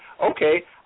okay